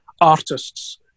artists